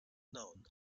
known